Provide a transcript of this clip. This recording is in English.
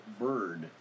bird